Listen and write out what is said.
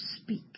speak